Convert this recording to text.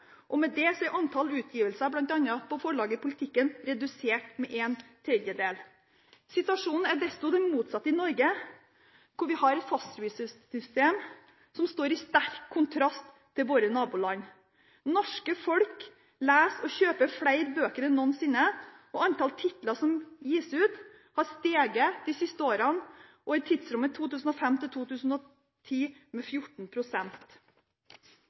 til folketallet halvparten så mange titler som i Norge, og de siste årene har det vært en reduksjon i antall titler. Danmark fikk fripris i 2011. Med det er antall utgivelser, bl.a. på Politikens Forlag, redusert med en tredjedel. Situasjonen er det motsatte i Norge, hvor vi har et fastprissystem – i sterk kontrast til våre naboland. Folk i Norge leser og kjøper flere bøker enn noensinne. Antall titler som gis ut, har steget